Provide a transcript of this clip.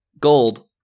Gold